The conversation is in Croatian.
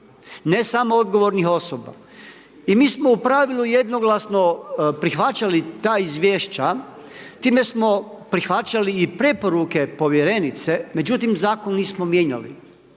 ne samo odgovornih osoba. I mi smo u pravilu jednoglasno prihvaćali ta izvješća, tim smo prihvaćali i preporuke povjerenice, međutim, zakon nismo mijenjali.